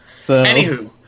Anywho